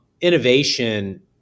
Innovation